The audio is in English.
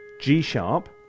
G-sharp